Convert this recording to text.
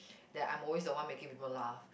that I'm always the one making people laugh